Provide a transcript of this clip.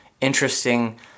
interesting